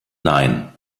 nein